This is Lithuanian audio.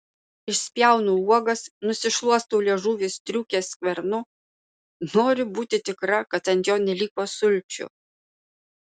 išspjaunu uogas nusišluostau liežuvį striukės skvernu noriu būti tikra kad ant jo neliko sulčių